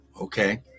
Okay